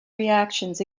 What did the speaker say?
reactions